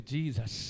Jesus